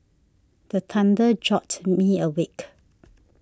the thunder jolt me awake